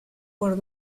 por